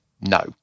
no